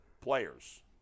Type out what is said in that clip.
players